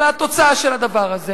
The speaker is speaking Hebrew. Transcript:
אלא התוצאה של הדבר הזה